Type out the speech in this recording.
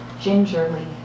gingerly